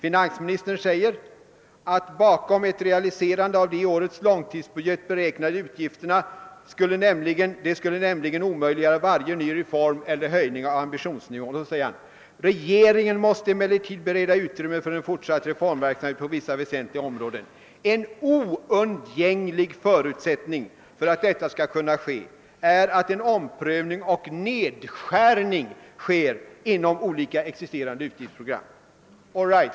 Finansministern sade att ett realiserande av de i årets långtidsbudget beräknade utgifterna skulle omöjliggöra varje ny reform eller höjning av ambitionsnivån. Vidare sade han: Regeringen måste emellertid bereda utrymme för en fortsatt reformverksamhet på vissa väsentliga områden. En oundgänglig förutsättning för att detta skall kunna ske är att en omprövning och nedskärning sker inom olika existerande utgiftsprogram.